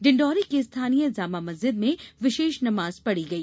डिण्डौरी के स्थानीय जामा मस्जिद में विशेष नमाज पढ़ी गई